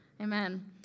Amen